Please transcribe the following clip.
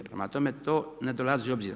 Prema tome, to ne dolazi u obzir.